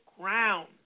ground